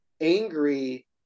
angry